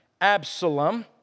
Absalom